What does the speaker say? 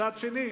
מצד שני,